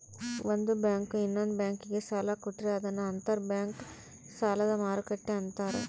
ಒಂದು ಬ್ಯಾಂಕು ಇನ್ನೊಂದ್ ಬ್ಯಾಂಕಿಗೆ ಸಾಲ ಕೊಟ್ರೆ ಅದನ್ನ ಅಂತರ್ ಬ್ಯಾಂಕ್ ಸಾಲದ ಮರುಕ್ಕಟ್ಟೆ ಅಂತಾರೆ